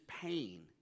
pain